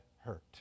hurt